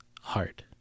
heart